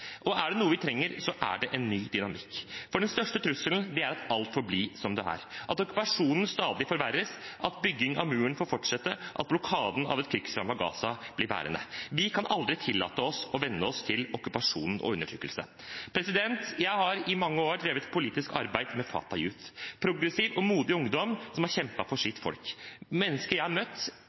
Og er det noe vi trenger, er det en ny dynamikk, for den største trusselen er at alt forblir som det er, at okkupasjonen stadig forverres, at bygging av muren får fortsette, at blokaden av et krigsrammet Gaza blir værende. Vi kan aldri tillate oss å venne oss til okkupasjon og undertrykkelse. Jeg har i mange år drevet politisk arbeid med Fatah Youth, progressiv og modig ungdom som har kjempet for sitt folk – mennesker jeg har møtt